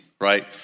right